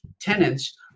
tenants